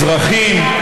אזרחים,